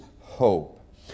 hope